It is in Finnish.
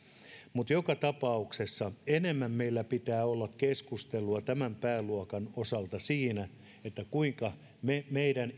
mutta joka tapauksessa enemmän meillä pitää olla keskustelua tämän pääluokan osalta siitä kuinka voimme luoda meidän